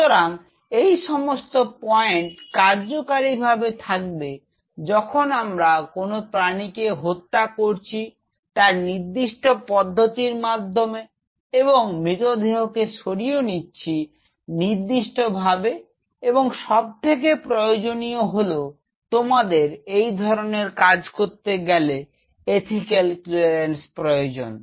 সুতরাং এই সমস্ত পয়েন্ট কার্যকরীভাবে থাকবে যখন আমরা কোন প্রাণীকে হত্যা করছি তার নির্দিষ্ট পদ্ধতির মাধ্যমে এবং মৃত দেহকে সরিয়ে নিচ্ছি নির্দিষ্টভাবে এবং সব থেকে প্রয়োজনীয় হলো তোমাদের এই ধরনের কাজ করতে গেলে এথিকাল ক্লিয়ারেন্স প্রয়োজন